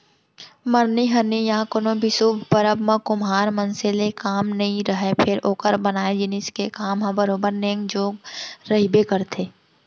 मरनी हरनी या कोनो भी सुभ परब म कुम्हार मनसे ले काम नइ रहय फेर ओकर बनाए जिनिस के काम ह बरोबर नेंग जोग रहिबे करथे